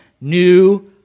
new